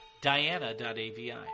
Diana.AVI